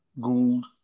gold